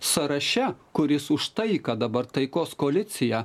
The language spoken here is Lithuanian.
sąraše kuris už taiką dabar taikos koaliciją